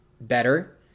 better